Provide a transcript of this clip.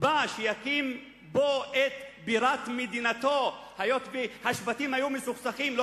בו את בירת מדינתו היות שהשבטים היו מסוכסכים ולא